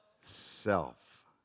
self